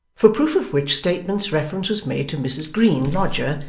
for proof of which statements reference was made to mrs green lodger,